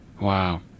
Wow